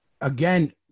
again